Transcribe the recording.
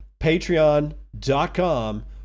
patreon.com